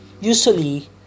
usually